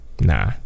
nah